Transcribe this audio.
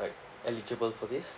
like eligible for this